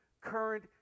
current